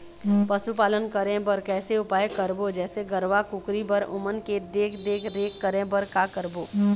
पशुपालन करें बर कैसे उपाय करबो, जैसे गरवा, कुकरी बर ओमन के देख देख रेख करें बर का करबो?